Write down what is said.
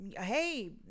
hey